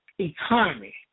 economy